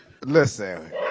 Listen